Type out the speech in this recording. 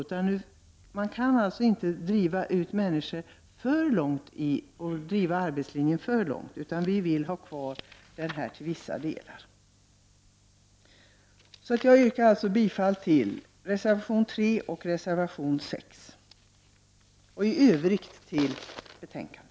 Det går inte att driva arbetslinjen för långt. Vi vill ha kvar förtidspensioneringen till vissa delar. Jag yrkar alltså bifall till reservationerna 3 och 6 och i övrigt till utskottets hemställan.